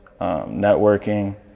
networking